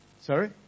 Sorry